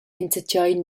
enzatgei